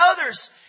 others